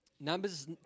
Numbers